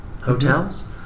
hotels